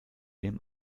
dem